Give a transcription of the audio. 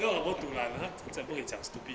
then 我 about to like 骂他真不会讲 stupid